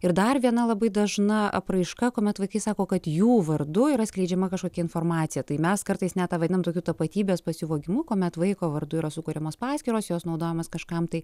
ir dar viena labai dažna apraiška kuomet vaikai sako kad jų vardu yra skleidžiama kažkokia informacija tai mes kartais net tą vadinam tokiu tapatybės pasivogimu kuomet vaiko vardu yra sukuriamos paskyros jos naudojamos kažkam tai